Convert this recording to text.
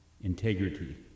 integrity